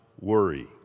worry